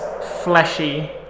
fleshy